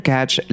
Catch